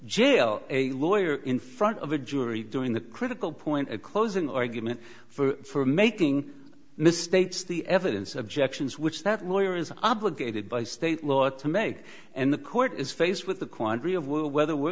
jail a lawyer in front of a jury during the critical point a closing argument for making mistakes the evidence objections which that lawyer is obligated by state law to make and the court is faced with the quandary of well whether we're